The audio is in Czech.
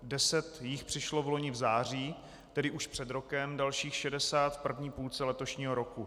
Deset jich přišlo vloni v září, tedy už před rokem, dalších 60 v první půlce letošního roku.